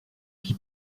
qui